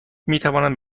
میتوانند